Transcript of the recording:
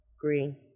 Green